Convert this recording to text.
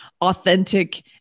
authentic